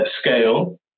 scale